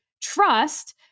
trust